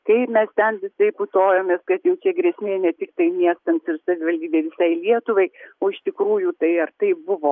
kaip mes ten visaip putojomės kad jau čia grėsmė ne tiktai miestams ir savivaldybėm o visai lietuvai o iš tikrųjų tai ar taip buvo